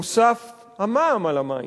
הוסף המע"מ על המים,